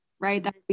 right